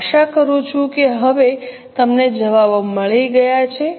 હું આશા કરું છું કે હવે તમને જવાબો મળી ગયા છે